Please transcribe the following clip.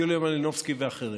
יוליה מלינובסקי ואחרים.